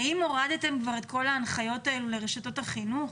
האם הורדתם כבר את כל ההנחיות האלה לרשתות החינוך?